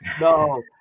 no